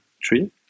tree